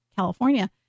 California